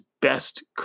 best